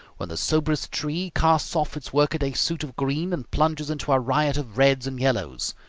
when the soberest tree casts off its workaday suit of green and plunges into a riot of reds and yellows.